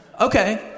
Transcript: Okay